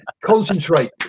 concentrate